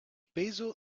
peso